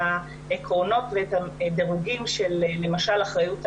העקרונות ואת הדירוגים של למשל אחריות תאגידית.